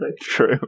True